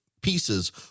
pieces